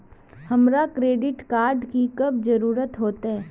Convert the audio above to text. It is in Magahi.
हमरा क्रेडिट कार्ड की कब जरूरत होते?